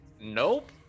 Nope